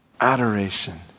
Adoration